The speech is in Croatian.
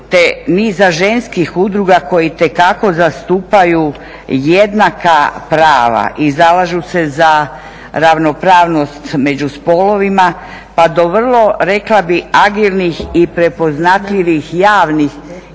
te niza ženskih udruga koji itekako zastupaju jednaka prava i zalažu se za ravnopravnost među spolovima pa do vrlo rekla bih agilnih i prepoznatljivih javnih